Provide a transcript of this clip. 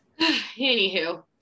Anywho